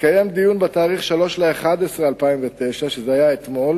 התקיים דיון ביום 3 בנובמבר 2009, שזה היה אתמול,